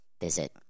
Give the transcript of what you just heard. Visit